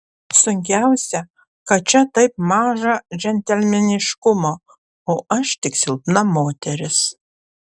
sunkiausia kad čia taip maža džentelmeniškumo o aš tik silpna moteris